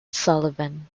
sullivan